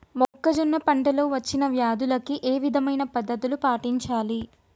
మొక్కజొన్న పంట లో వచ్చిన వ్యాధులకి ఏ విధమైన పద్ధతులు పాటించాలి?